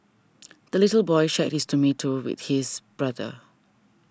the little boy shared his tomato with his brother